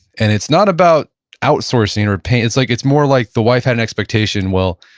and it's not about outsourcing, or paying, it's like it's more like the wife had an expectation, well,